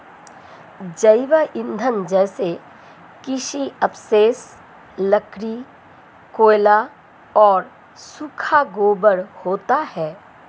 जैव ईंधन जैसे कृषि अवशेष, लकड़ी, कोयला और सूखा गोबर होता है